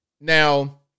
Now